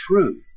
true